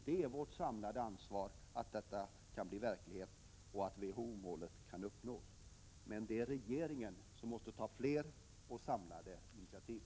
Det är vårt samlade ansvar att detta kan bli verklighet och att WHO-målet kan uppnås, men det är regeringen som måste ta fler och samlade initiativ.